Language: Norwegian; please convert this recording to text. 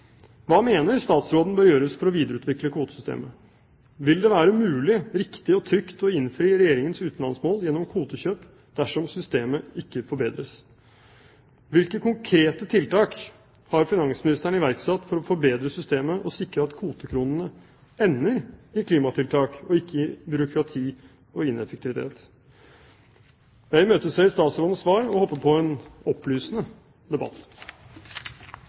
Hva mener statsråden bør gjøres for å videreutvikle kvotesystemet? Vil det være mulig, riktig og trygt å innfri Regjeringens utenlandsmål gjennom kvotekjøp dersom systemet ikke forbedres? Hvilke konkrete tiltak har finansministeren iverksatt for å forbedre systemet og sikre at kvotekronene ender i klimatiltak og ikke i byråkrati og ineffektivitet? Jeg imøteser statsrådens svar, og håper på en opplysende debatt.